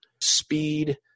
speed